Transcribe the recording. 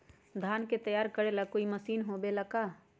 धान के तैयार करेला कोई मशीन होबेला का?